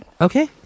Okay